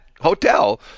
hotel